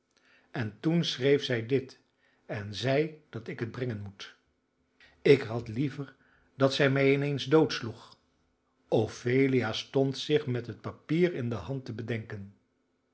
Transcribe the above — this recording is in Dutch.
en toen schreef zij dit en zei dat ik het brengen moet ik had liever dat zij mij ineens doodsloeg ophelia stond zich met het papier in de hand te bedenken